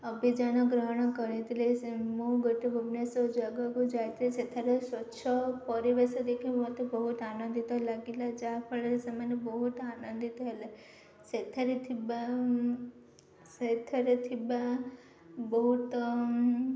ଅଭିଯାନ ଗ୍ରହଣ କରିଥିଲେ ମୁଁ ଗୋଟେ ଭୁବନେଶ୍ୱର ଜାଗାକୁ ଯାଇଥିଲି ସେଠାରେ ସ୍ୱଚ୍ଛ ପରିବେଶ ଦେଖି ମୋତେ ବହୁତ ଆନନ୍ଦିତ ଲାଗିଲା ଯାହାଫଳରେ ସେମାନେ ବହୁତ ଆନନ୍ଦିତ ହେଲେ ସେଥିରେ ଥିବା ସେଠାରେ ଥିବା ବହୁତ